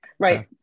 Right